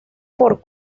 por